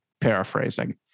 paraphrasing